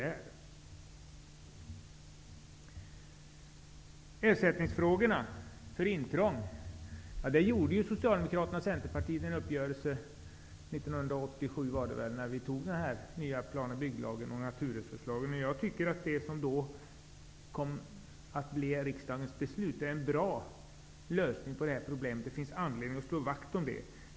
När det gäller ersättning för intrång träffade Socialdemokraterna och Centerpartiet en uppgörelse 1987, när den nya plan och bygglagen och naturresurslagen antogs. Det som då kom att bli riksdagens beslut är en bra lösning på problemet, och det finns anledning att slå vakt om det.